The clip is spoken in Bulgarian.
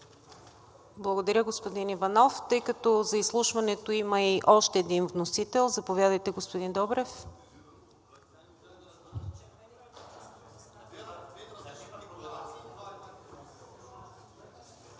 Благодаря, господин Иванов. За изслушването има и още един вносител – заповядайте, господин Добрев.